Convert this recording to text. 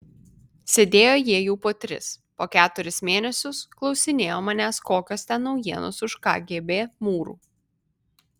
sėdėjo jie jau po tris po keturis mėnesius klausinėjo manęs kokios ten naujienos už kgb mūrų